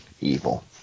evil